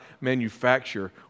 manufacture